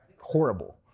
horrible